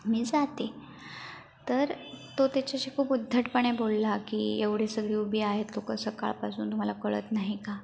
मी जाते तर तो त्याच्याशी खूप उद्धटपणे बोलला की एवढे सगळे उभे आहेत लोक सकाळपासून तुम्हाला कळत नाही कां